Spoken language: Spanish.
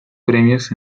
premios